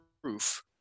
proof